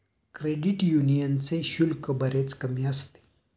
credit यूनियनचे शुल्क बरेच कमी असते